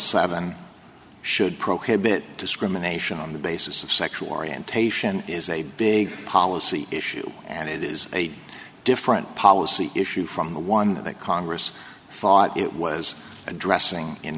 seven should prohibit discrimination on the basis of sexual orientation is a big policy issue and it is a different policy issue from the one that congress thought it was addressing in